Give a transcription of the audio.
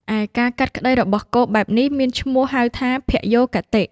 ឯការកាត់ក្តីរបស់គោបែបនេះមានឈ្មោះហៅថា ភយោគតិ។